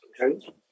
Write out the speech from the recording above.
Okay